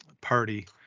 party